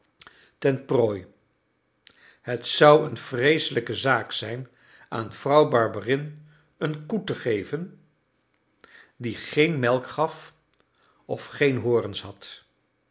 ten prooi het zou een vreeselijke zaak zijn aan vrouw barberin eene koe te geven die geen melk gaf of geen horens had